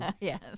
Yes